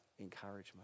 encouragement